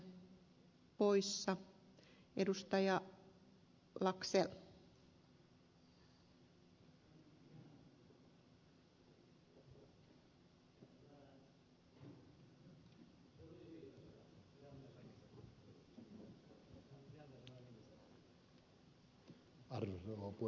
arvoisa rouva puhemies